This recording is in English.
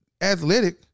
athletic